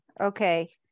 okay